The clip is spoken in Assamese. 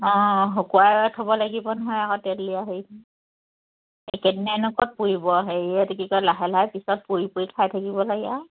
অঁ শুকুৱাই থ'ব লাগিব নহয় আকৌ তেল দিয়া হেৰিখিনি একে দিনাইনো ক'ত পুৰিব হেৰি এইটো কি কয় লাহে লাহে পিছত পুৰি পুৰিত খাই থাকিব লাগে আৰু